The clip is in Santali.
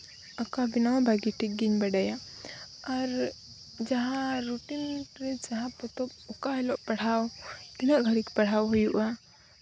ᱟᱸᱠᱟᱣ ᱵᱮᱱᱟᱣ ᱵᱷᱟᱹᱜᱤ ᱴᱷᱤᱠ ᱜᱤᱧ ᱵᱟᱰᱟᱭᱟ ᱟᱨ ᱡᱟᱦᱟᱸ ᱨᱩᱴᱤᱤᱱ ᱨᱮ ᱡᱟᱦᱟᱸ ᱯᱚᱛᱚᱵ ᱚᱠᱟ ᱦᱤᱞᱳᱜ ᱯᱟᱲᱦᱟᱣ ᱛᱤᱱᱟᱹᱜ ᱜᱷᱟᱹᱲᱤᱡ ᱯᱟᱲᱦᱟᱣ ᱦᱩᱭᱩᱜᱼᱟ